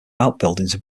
outbuildings